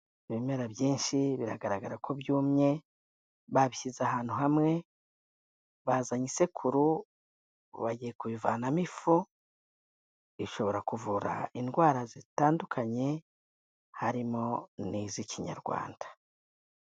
Ibimera byinshi biragaragara ko byumye, babishyize ahantu hamwe, bazanye isekuru bagiye kubivanamo ifu, ishobora kuvura indwara zitandukanye harimo n'iz'ikinyarwanda.